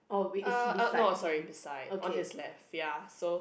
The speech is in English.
uh uh no sorry beside on his left ya so